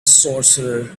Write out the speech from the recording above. sorcerer